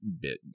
bit